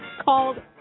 called